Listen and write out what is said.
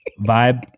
Vibe